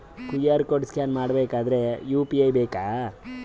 QR code scan ಮಾಡಬೇಕಾದರೆ UPI ಬೇಕಾ?